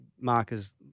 Marker's